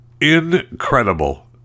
incredible